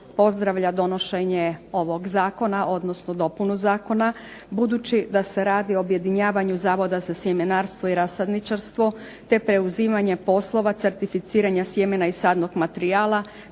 pozdravlja donošenje ovog zakona odnosno dopunu zakona, budući da se radi o objedinjavanju Zavoda za sjemenarstvo i rasadničarstvo te preuzimanje poslova certificiranja sjemena i sadnog materijala,